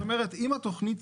זאת אומרת, אם התכנית